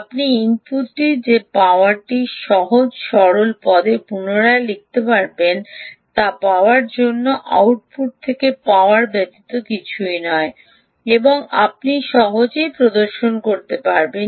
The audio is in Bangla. আপনি ইনপুটটিতে যে পাওয়ারটি সহজ সরল পদে পুনরায় লিখতে পারবেন তা পাওয়ার জন্য আউটপুট থেকে পাওয়ার ব্যতীত কিছুই নয় এবং আপনি সহজেই প্রদর্শন করতে পারেন